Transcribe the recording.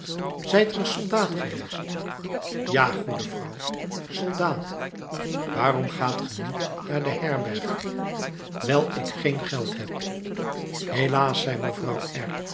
zijt gij soldaat geweest ja goede vrouw soldaat waarom gaat ge niet naar de herberg wijl ik geen geld heb helaas zei mevrouw